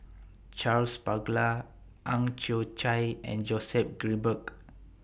Charles Paglar Ang Chwee Chai and Joseph Grimberg